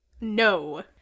No